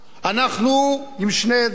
אנחנו, עם שני אתגרים.